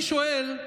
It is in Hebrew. ואני שואל,